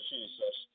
Jesus